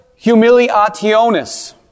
humiliationis